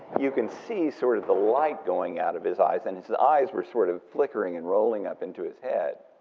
you can see sort of the light going out of his eyes, and his his eyes were sort of flickering and rolling up into his head,